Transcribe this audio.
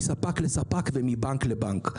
מספק לספק ומבנק לבנק.